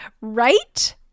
right